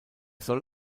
soll